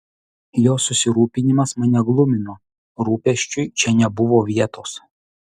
jo susirūpinimas mane glumino rūpesčiui čia nebuvo vietos